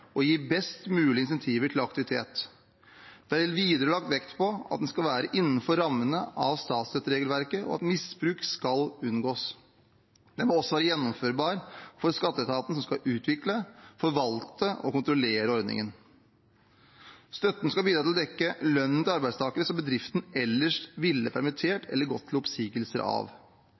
gi best mulig insentiver til aktivitet. Det er videre lagt vekt på at den skal være innenfor rammene av statsstøtteregelverket, og at misbruk skal unngås. Den må også være gjennomførbar for skatteetaten, som skal utvikle, forvalte og kontrollere ordningen. Støtten skal bidra til å dekke lønnen til arbeidstakere som bedriften ellers ville permittert eller gått til oppsigelse av.